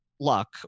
Luck